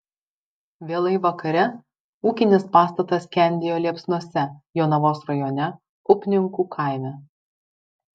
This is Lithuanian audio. vėlai vakare ūkinis pastatas skendėjo liepsnose jonavos rajone upninkų kaime